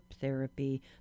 therapy